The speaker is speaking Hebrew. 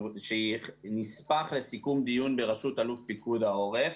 שהיא נספח לסיכום דיון בראשות אלוף פיקוד העורף,